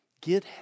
Get